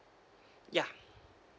ya